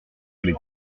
les